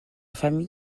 famille